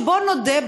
שבואו נודה,